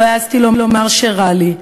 לא העזתי לומר שרע לי,